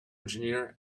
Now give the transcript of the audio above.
engineer